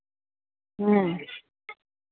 ᱦᱮᱸ